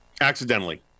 accidentally